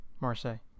Marseille